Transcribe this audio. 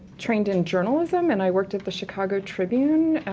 trained in journalism and i worked at the chicago tribune, ah,